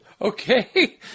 Okay